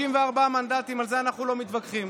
64 מנדטים, על זה אנחנו לא מתווכחים.